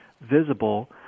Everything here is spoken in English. visible